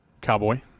Cowboy